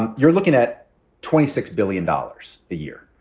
and you're looking at twenty six billion dollars a year,